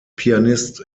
pianist